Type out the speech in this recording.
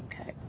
Okay